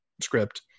script